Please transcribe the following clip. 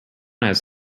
was